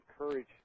encourage